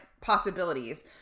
possibilities